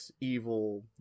evil